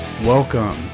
Welcome